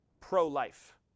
pro-life